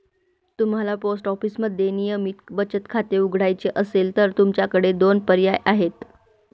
तुम्हाला पोस्ट ऑफिसमध्ये नियमित बचत खाते उघडायचे असेल तर तुमच्याकडे दोन पर्याय आहेत